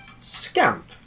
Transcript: scamp